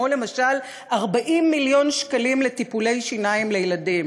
כמו למשל 40 מיליון שקלים לטיפולי שיניים לילדים,